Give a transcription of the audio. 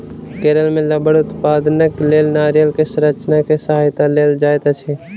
केरल मे रबड़ उत्पादनक लेल नारियल के संरचना के सहायता लेल जाइत अछि